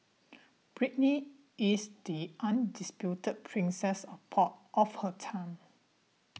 Britney is the undisputed princess of pop of her time